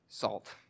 salt